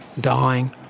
dying